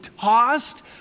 tossed